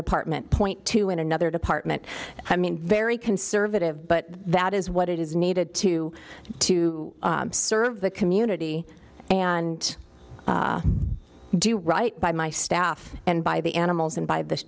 department point two in another department i mean very conservative but that is what it is needed to to serve the community and do right by my staff and by the animals and by